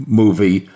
movie